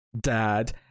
dad